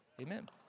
Amen